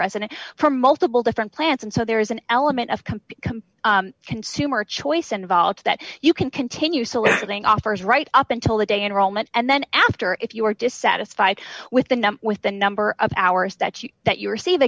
resident for multiple different plans and so there is an element of come consumer choice and vox that you can continue soliciting offers right up until the day enrollment and then after if you are dissatisfied with the numb with the number of hours that you that you receive